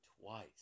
twice